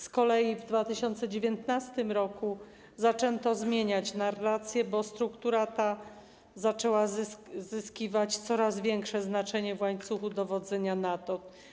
Z kolei w 2019 r. zaczęto zmieniać narrację, bo struktura ta zaczęła zyskiwać coraz większe znaczenie w łańcuchu dowodzenia NATO.